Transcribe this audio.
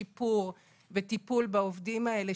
שיפור וטיפול בעובדים האלה,